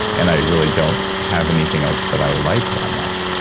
and i really don't have anything else that i like that much.